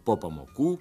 po pamokų